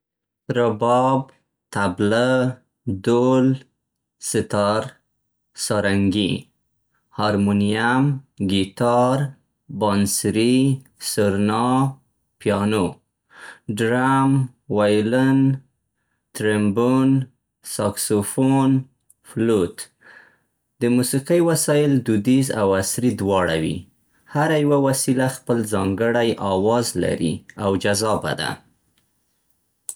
رباب، طبله، دُل، ستار، سارنګي. هارمونیم، ګیتار، بانسري، سرنا، پیانو. ډرم، ویولن، ترمبون، ساکسوفون، فلوت. د موسیقۍ وسایل دودیز او عصري دواړه وي. هره یوه وسیله خپل ځانګړی آواز لري او جذابه ده.